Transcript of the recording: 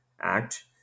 act